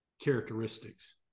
characteristics